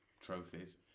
trophies